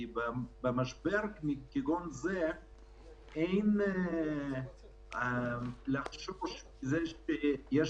כי במשבר כגון זה אין לחשוש מזה שיש